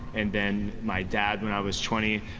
and then my dad when i was twenty.